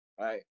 right